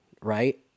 right